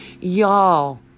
Y'all